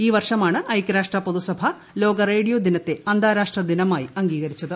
ഈ വർഷമാണ് ഐക്യരാഷ്ട്ര പൊതുസഭ ലോക റേഡിയോ ദിനത്തെ അന്താരാഷ്ട്ര ദിനമായി അംഗീകരിച്ചത്